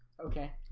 okay?